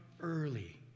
early